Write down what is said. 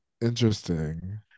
interesting